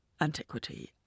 antiquity